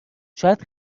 شاید